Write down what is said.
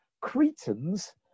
Cretans